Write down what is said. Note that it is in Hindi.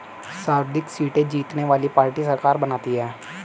सर्वाधिक सीटें जीतने वाली पार्टी सरकार बनाती है